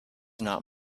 not